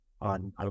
on